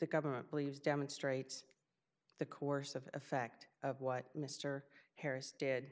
the government believes demonstrates the coercive effect of what mr harris did